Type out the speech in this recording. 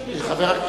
ראשונה.